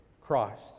Christ